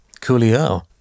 Coolio